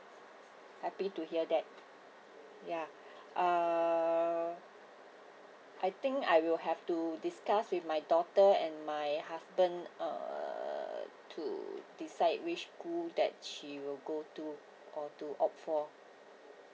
happy to hear that ya uh I think I will have to discuss with my daughter and my husband uh to decide which school that she will go to or to opt for